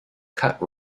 cut